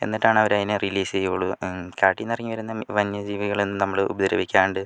എന്നിട്ടാണ് അവര് അതിനെ റിലീസ് ചെയ്യുവുള്ളൂ കാട്ടിൽ നിന്ന് ഇറങ്ങി വരുന്ന വന്യജീവികളെ ഒന്നും നമ്മള് ഉപദ്രവിക്കാണ്ട്